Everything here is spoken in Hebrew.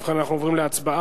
ובכן, אנחנו עוברים להצבעה.